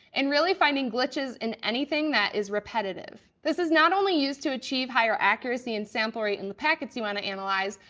and really finding glitches in anything that is repetitive. this is not only used to achieve higher accuracy and sample rate in the packets you want to analyze,